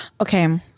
Okay